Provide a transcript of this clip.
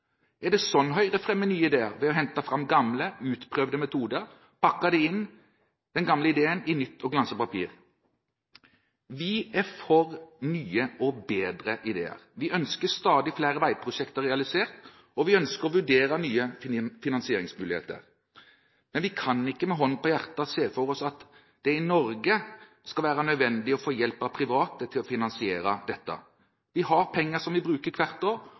Er det sånn Høyre fremmer nye ideer, ved å hente fram gamle, utprøvde metoder og så pakke den gamle ideen inn i nytt og glanset papir? Vi er for nye og bedre ideer. Vi ønsker stadig flere veiprosjekter realisert, og vi ønsker å vurdere nye finansieringsmuligheter. Men vi kan ikke med hånden på hjertet se for oss at det i Norge skal være nødvendig å få hjelp av private til å finansiere dette. Vi har penger som vi bruker hvert år,